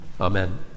Amen